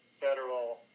federal